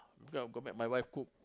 okay I go back my wife cook